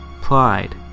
pride